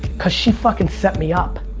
cause she fuckin set me up.